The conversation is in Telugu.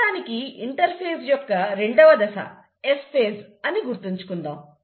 ప్రస్తుతానికి ఇంటర్ఫే జ్ యొక్క రెండవ దశ S ఫేజ్ అని గుర్తుంచుకుందాం